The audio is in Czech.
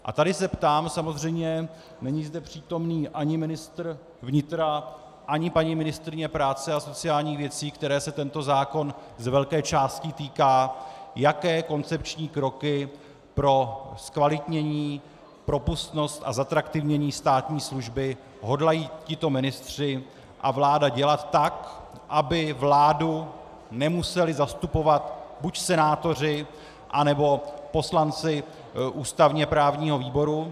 A tady se ptám samozřejmě není zde přítomen ani ministr vnitra, ani paní ministryně práce a sociálních věcí, které se tento zákon z velké části týká jaké koncepční kroky pro zkvalitnění, propustnost a zatraktivnění státní služby hodlají tito ministři a vláda dělat, tak aby vládu nemuseli zastupovat buď senátoři, nebo poslanci ústavněprávního výboru.